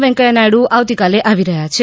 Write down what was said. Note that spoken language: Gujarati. વેંકઈયા નાયડુ આવતીકાલે આવી રહ્યા છે